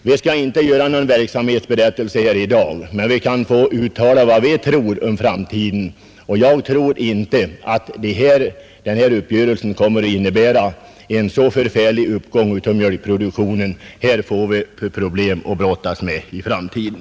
Vi skall inte skriva någon verksamhetsberättelse här i dag, men vi kan få uttala vad vi tror om framtiden, Jag tror inte att denna uppgörelse kommer att innebära någon så förfärligt stor uppgång av mjölkproduktionen. Här får vi problem att brottas med i framtiden.